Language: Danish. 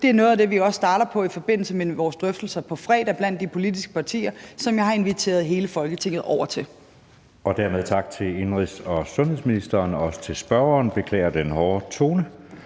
Det er noget af det, vi også starter på i forbindelse med vores drøftelser på fredag blandt de politiske partier, som jeg har inviteret hele Folketinget over til. Kl. 13:35 Anden næstformand (Jeppe Søe): Dermed tak til indenrigs- og sundhedsministeren og også til spørgeren. Jeg beklager den hårde tone